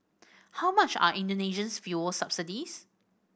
how much are Indonesia's fuel subsidies